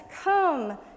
Come